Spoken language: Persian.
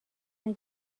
اگه